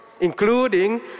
including